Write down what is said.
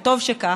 וטוב שכך,